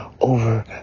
over